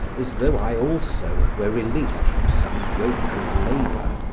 as though i also were released from some yoke of labour,